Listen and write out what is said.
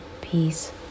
peace